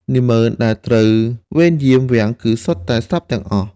នាហ្មឺនដែលត្រូវវេនយាមវាំងគឺសុទ្ធតែស្លាប់ទាំងអស់។